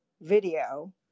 video